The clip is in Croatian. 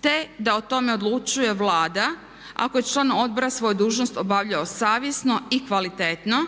te da o tome odlučuje Vlade ako je član odbora svoju dužnost obavljao savjesno i kvalitetno